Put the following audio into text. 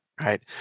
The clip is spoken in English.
Right